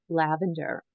lavender